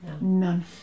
none